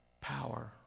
power